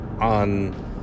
on